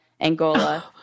Angola